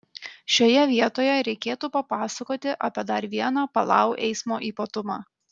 šioje vietoje reikėtų papasakoti apie dar vieną palau eismo ypatumą